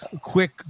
quick